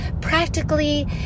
practically